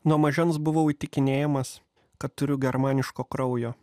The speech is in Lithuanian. nuo mažens buvau įtikinėjamas kad turiu germaniško kraujo